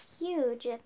huge